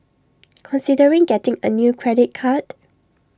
considering getting A new credit card